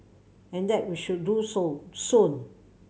and that we should do so soon